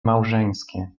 małżeńskie